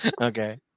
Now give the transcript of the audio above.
Okay